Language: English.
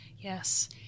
Yes